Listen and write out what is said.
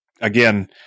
again